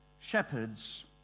shepherds